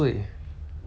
oh